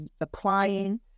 applying